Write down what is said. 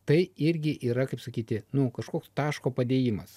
tai irgi yra kaip sakyti nu kažkoks taško padėjimas